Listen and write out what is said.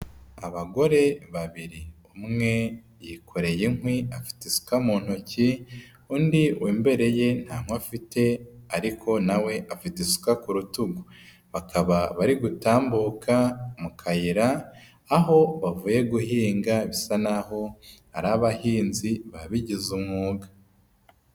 Abagore babiri, umwe yikoreye inkwi afite isuka mu ntoki, undi w'imbere ye nta nkwi afite ariko nawe afite isuka ku rutugu, bakaba bari gutambuka mu kayira aho bavuye guhinga bisa naho ari abahinzi babigize umwuga.